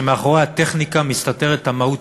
שמאחורי הטכניקה מסתתרת המהות,